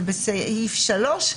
אז עדיף לכתוב את זה בסעיף 3,